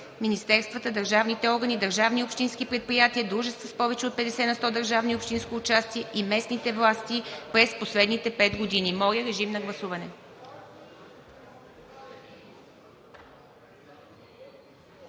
министерствата, държавните органи, държавни общински предприятия, дружества с повече от петдесет на сто държавно и общинско участие и местните власти през последните пет години. Моля, режим на гласуване.